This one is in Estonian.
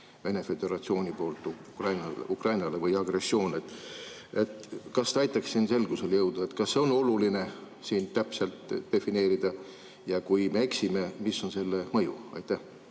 Vene Föderatsiooni poolt Ukrainale või agressioon. Kas te aitaks selgusele jõuda, kas see on oluline siin täpselt defineerida? Ja kui me eksime, mis on selle mõju? Aitäh,